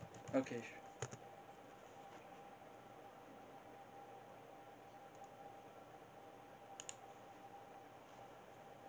okay sure